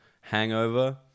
hangover